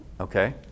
okay